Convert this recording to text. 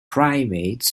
primates